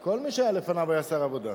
כל מי שהיה לפניו היה שר העבודה.